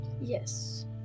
Yes